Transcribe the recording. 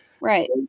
Right